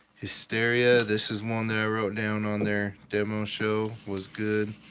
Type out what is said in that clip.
hysteria this is one that i wrote down on their demo show was good.